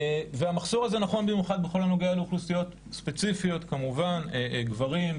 והמחסור הזה נכון במיוחד בכל הנוגע לאוכלוסיות ספציפיות כמובן גברים,